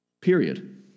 Period